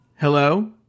Hello